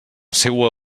seua